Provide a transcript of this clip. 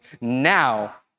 now